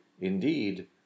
indeed